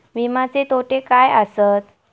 विमाचे तोटे काय आसत?